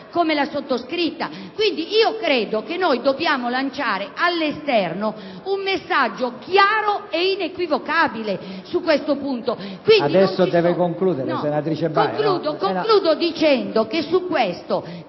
come la sottoscritta! Credo che dobbiamo lanciare all'esterno un messaggio chiaro ed inequivocabile su questo punto!